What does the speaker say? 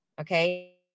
okay